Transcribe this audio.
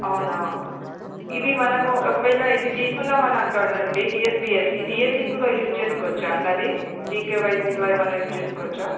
అవునా ఇవి మనము ఒకవేళ ఇది తీసుకున్నాము అనుకోండి టిఎస్పిఎస్సి డిఎస్సికి కూడా యూస్ చేసుకోవచ్చా అండి అది జికె వైస్గా ఇలా ఏమైనా యూస్ చేసుకోవచ్చా